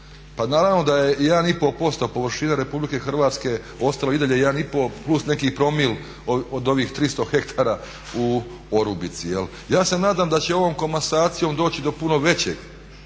Pa naravno da je 1,5% površine RH ostalo i dalje, 1,5 plus neki promil od ovih 300 hektara u Orubici. Ja se nadam da će ovom komasacijom doći do puno veće